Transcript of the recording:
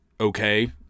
okay